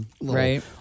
right